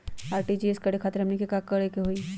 RTGS करे खातीर हमनी के का करे के हो ई?